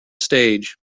stage